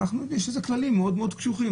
יש לזה כללים מאוד מאוד קשוחים,